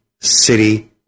city